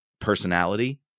personality